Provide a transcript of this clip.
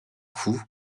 coup